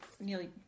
nearly